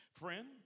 friend